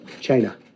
China